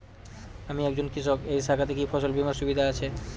আমি একজন কৃষক এই শাখাতে কি ফসল বীমার সুবিধা আছে?